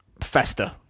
fester